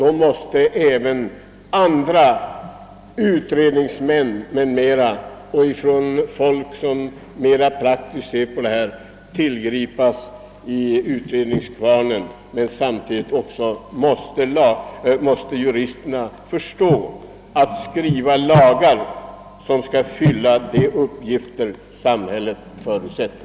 Då måste emellertid i utredningskvarnen användas utredningsmän som ser mera praktiskt på detta, och juristerna måste förstå att skriva lagar som kan fylla de uppgifter samhället kräver.